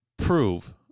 prove